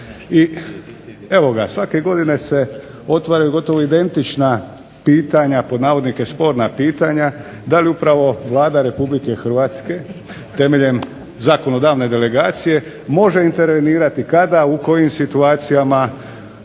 I evo ga, svake godine se otvaraju gotovo identična pitanja "sporna" pitanje, da li upravo Vlada RH temeljem zakonodavne delegacije može intervenirati, kada, u kojim situacijama,